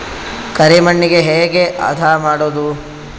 ಕರಿ ಮಣ್ಣಗೆ ಹೇಗೆ ಹದಾ ಮಾಡುದು?